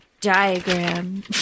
diagram